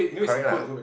correct lah